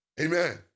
Amen